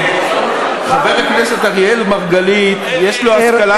חבר הכנסת אריאל מרגלית יש לו השכלה,